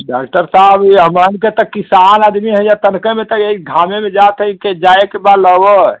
doctor साहब ई हमन के तो किसान आदमी हई जा तनके में एई घामे में जात हई कि जाए के बा लवए